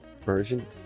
version